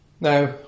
Now